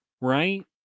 right